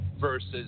versus